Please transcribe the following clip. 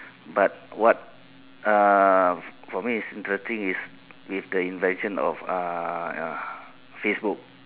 but what uh for me is interesting is is the invention of uh uh Facebook